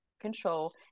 control